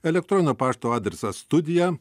elektroninio pašto adresas studija